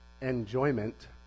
enjoyment